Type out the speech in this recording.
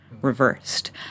reversed